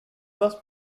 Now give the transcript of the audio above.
must